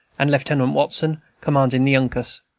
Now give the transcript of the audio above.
and lieutenant watson, commanding the uncas.